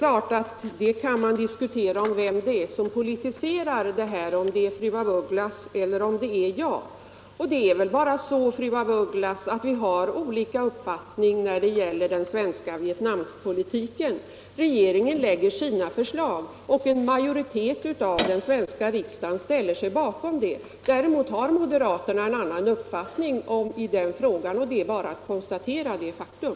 Man kan diskutera vem som politiserar, fru af Ugglas eller jag. Det är bara så, fru af Ugglas, att vi har olika uppfattning när det gäller den svenska Vietnampolitiken. Regeringen lägger fram sina förslag, och en majoritet av den svenska riksdagen ställer sig bakom dem. Däremot har moderaterna en annan uppfattning i dessa frågor, och det är bara att konstatera detta faktum.